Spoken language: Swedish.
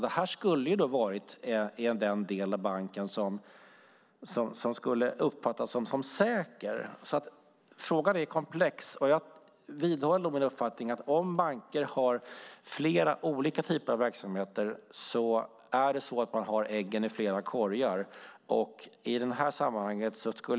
Det var den del av banken som skulle uppfattas som säker. Frågan är komplex. Jag vidhåller att om banker har flera olika typer av verksamhet har man äggen i flera korgar.